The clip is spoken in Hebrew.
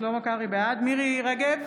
בעד מירי מרים רגב,